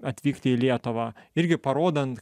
atvykti į lietuvą irgi parodant